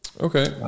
Okay